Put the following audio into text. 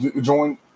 join